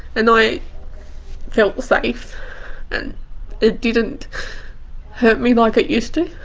and i felt safe and it didn't hurt me like it used to.